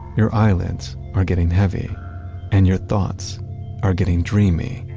your eyelids are getting heavy and your thoughts are getting dreamy.